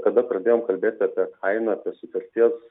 kada pradėjom kalbėti apie kainą apie sutarties